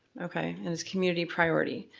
okay in this community priority.